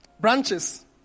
branches